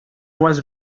was